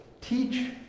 teach